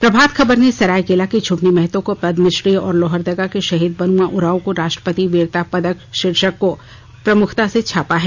प्रभात खबर ने सरायकेला की छूटनी महतो को पद्मश्री और लोहरदगा के शहीद बनुआ उरावं को राष्ट्रपति वीरता पदक शीर्षक को प्रमुखता से छापा है